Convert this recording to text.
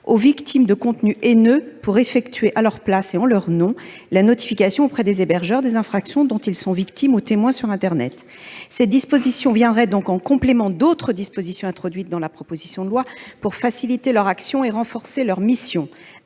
aux victimes de contenus haineux pour effectuer, à leur place et en leur nom, la notification auprès des hébergeurs des infractions dont ils sont victimes ou témoins sur internet. Cette disposition viendrait donc en complément d'autres dispositions introduites dans la proposition de loi pour faciliter leur action et renforcer leur mission.